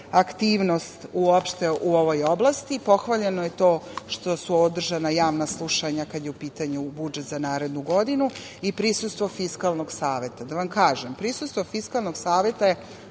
aktivnost uopšte u ovoj oblasti, pohvaljeno je to što su održana javna slušanja kada je u pitanju budžet za narednu godinu i prisustvo Fiskalnog saveta. Da vam kažem, prisustvo Fiskalnog saveta je